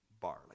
barley